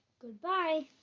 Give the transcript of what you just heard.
Goodbye